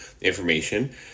information